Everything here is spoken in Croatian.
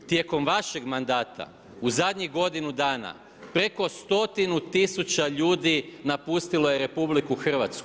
Tijekom vašeg manda tu zadnjih godinu dana preko stotinu tisuća ljudi napustilo je RH.